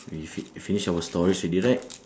we fin~ we finish our stories already right